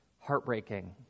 heartbreaking